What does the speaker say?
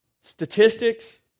Statistics